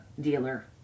dealer